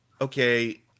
okay